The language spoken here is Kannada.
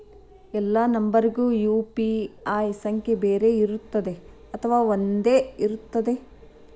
ಎಲ್ಲಾ ನಂಬರಿಗೂ ಯು.ಪಿ.ಐ ಸಂಖ್ಯೆ ಬೇರೆ ಇರುತ್ತದೆ ಅಥವಾ ಒಂದೇ ಇರುತ್ತದೆ?